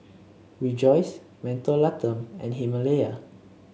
Rejoice Mentholatum and Himalaya